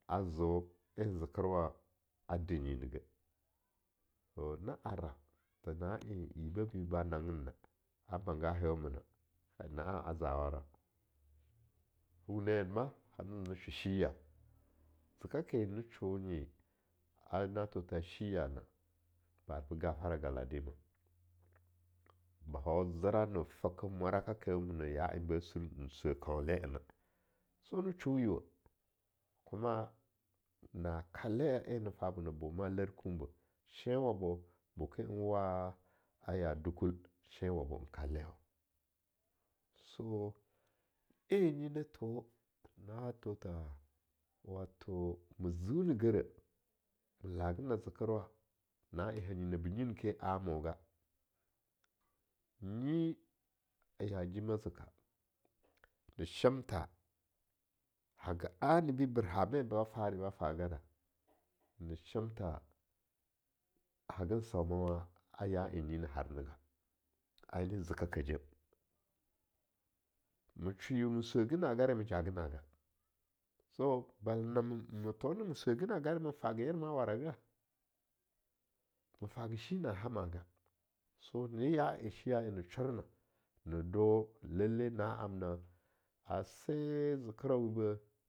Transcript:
A zo en zekerwa a denyinegeh to na ara tha na en yibbeh be ba nanggena, a banga hen wumuna, na'a a zawara, wune ma a ze ze sho shiya, ze ka ke na shonyi, ena thotha shi ya'a na, a arbo gafara galadima, ba hau zera na feka mwarakake wuneh ya en basur n sue kaunle en na, so ne sho yiuwe kuma na kale a en na fa bona boma Larkun beh, shenwabo, boke wa a ya jukul, shenwabo n kalewa, so en nyi netho, na tho tha, wato me ziuni gere, me laga na zekerwa na en hangi naba nyin ke an moga; Nyi ya tima zika, na shemtha haga anibi ber me ba fa re ba faga ra, ne shem tha hagan saumawa ya en nyi na har nega, aininin zeka kajem, me shweyin ma swege nagare maja ga naga, so bala name thona ma swegi na gare ma fage yer ma waraga, ma faga shina en hamaga, so nyine ya en shi ya'a en na shorna, na do, lallai na amna, ase zekerwa wibeh